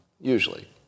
Usually